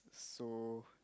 so